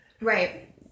Right